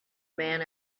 man